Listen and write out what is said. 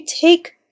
take